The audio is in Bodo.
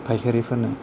फायखारिफोरनो